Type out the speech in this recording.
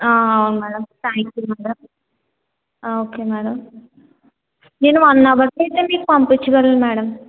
ఆ అవును madam thank you madam ఆ ఓకే మేడం నేను వన్ అవర్కి అయితే మీకు పంపించగలను మేడం